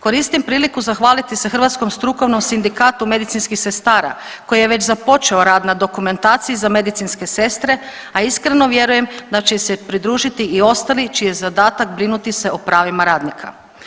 Koristim priliku zahvaliti se Hrvatskom strukovnom sindikatu medicinskih sestara koji je već započeo rad na dokumentaciji za medicinske sestre, a iskreno vjerujem da će se pridružiti i ostali čiji je zadatak brinuti se o pravima radnika.